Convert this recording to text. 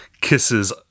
kisses